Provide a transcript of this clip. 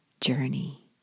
journey